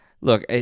Look